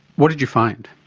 what did you find?